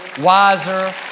wiser